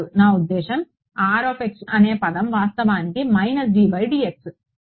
కాదు నా ఉద్దేశ్యం R x అనే పదం వాస్తవానికి minus d by d x